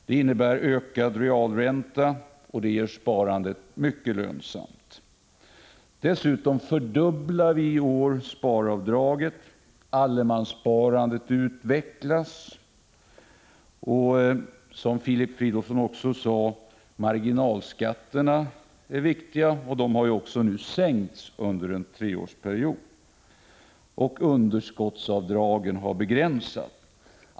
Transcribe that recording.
Det innebär ökad realränta, och det gör sparandet mycket lönsamt. Dessutom fördubblar vi i år sparavdraget. Prot. 1985/86:164 Allemanssparandet utvecklas. Som Filip Fridolfsson sade är också marginal 5 juni 1986 skatterna viktiga, och de har nu sänkts under en treårsperiod. Underskottsavdragen har begränsats.